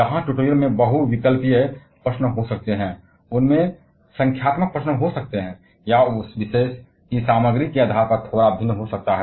जहाँ ट्यूटोरियल में बहुविकल्पीय प्रश्न हो सकते हैं उनमें संख्यात्मक समस्याएँ हो सकती हैं या उस विशेष मॉड्यूल की सामग्री के आधार पर थोड़ा असतत हो सकता है